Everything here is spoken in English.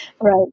Right